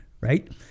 Right